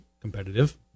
competitive